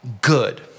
good